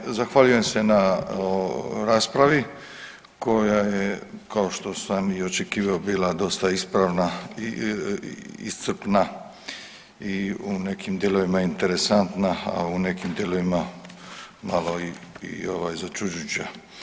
Ovaj, zahvaljujem se na raspravi koja je kao što sam i očekivao, bila dosta ispravna i iscrpna i u nekim dijelovima interesantna, a u nekih dijelovima malo ovaj, začuđujuća.